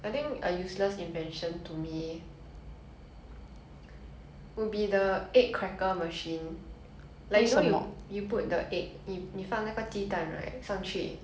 like you know you you put the egg you 你放那个鸡蛋 right 上去 then there's a hammer to 敲那个蛋 then it will separate the 蛋壳 into half